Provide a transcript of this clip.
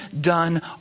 done